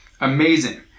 Amazing